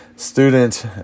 student